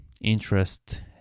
interest